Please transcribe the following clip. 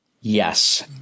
Yes